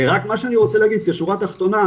רק מה שאני רוצה להגיד בשורה תחתונה,